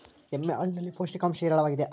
ಎಮ್ಮೆ ಹಾಲಿನಲ್ಲಿ ಪೌಷ್ಟಿಕಾಂಶ ಹೇರಳವಾಗಿದೆ